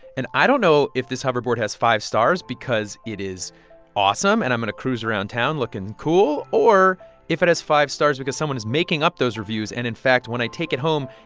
and i don't know if this hoverboard has five stars because it is awesome, and i'm going to cruise around town looking cool, or if it has five stars because someone is making up those reviews and, in fact, when i take it home,